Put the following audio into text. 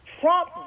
Trump